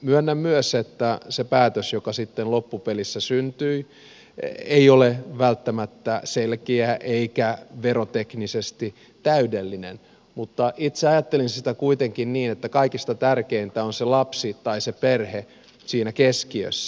myönnän myös että se päätös joka sitten loppupelissä syntyi ei ole välttämättä selkeä eikä veroteknisesti täydellinen mutta itse ajattelisin sitä kuitenkin niin että kaikista tärkeintä on se lapsi tai se perhe siinä keskiössä